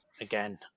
again